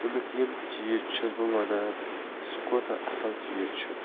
تَمیُک یِم چیٖز چھُس بہٕ وَنان سُہ کوٗتاہ اصل چیٖز چھُ